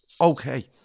Okay